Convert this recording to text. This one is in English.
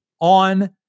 on